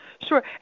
Sure